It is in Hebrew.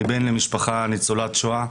אני בן למשפחה ניצולת שואה.